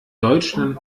deutschland